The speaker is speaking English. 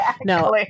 No